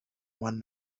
one